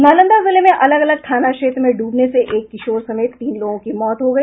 नालंदा जिले में अलग अलग थाना क्षेत्र में डूबने से एक किशोर समेत तीन लोगों की मौत हो गई